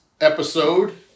episode